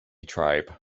tribe